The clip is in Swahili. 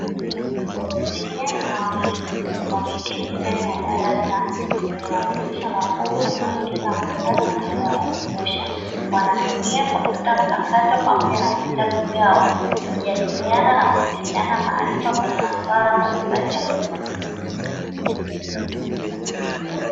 Vijana wawili wameketi ndani ya darasa lenye madirisha makubwa yanayoingiza mwangaza na hewa ya kutosha; wanatumia kompyuta mpakato pamoja na vitabu vyao kujadiliana na kuongezeana maarifa kwenye maswala mbalimbali ya masomo.